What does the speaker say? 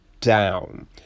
down